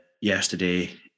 yesterday